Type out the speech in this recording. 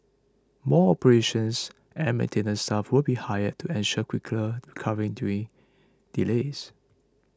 more operations and maintenance staff will be hired to ensure quicker recovery during delays